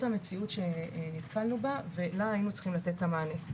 המציאות שנתקלנו בה ולה היינו צריכים לתת את המענה.